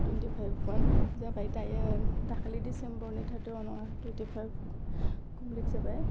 twenty फाइभमोन जाबाय दायो दाखालै डिसेम्बरनि थारटि अवानावनो टुइन्टि फाइभ कमप्लिट जाबाय